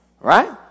Right